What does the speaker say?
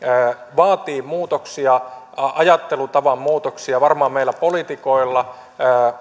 vaatii muutoksia ajattelutavan muutoksia varmaan meillä poliitikoilla